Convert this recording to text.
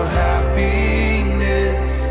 happiness